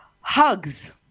Hugs